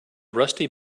rusty